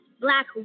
Black